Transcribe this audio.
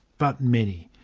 but many.